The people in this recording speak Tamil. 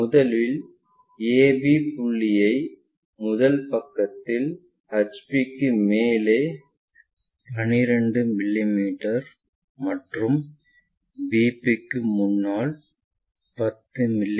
முதலில் AB புள்ளியைக் முதல் பகுதியில் HP க்கு மேல் 12 மிமீ மற்றும் VP க்கு முன்னால் 10 மி